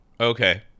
Okay